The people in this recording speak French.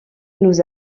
nous